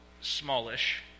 smallish